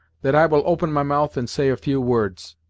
that i will open my mouth and say a few words.